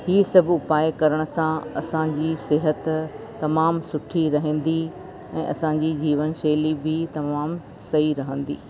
हीअं सभु उपाय करण सां असांजी सिहत तमामु सुठी रहंदी ऐं असांजी जीवन शैली बि तमामु सही रहंदी